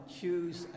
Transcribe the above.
choose